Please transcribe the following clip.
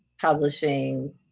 publishing